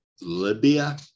Libya